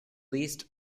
least